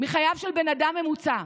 מחייו של בן אדם ממוצע: